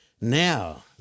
Now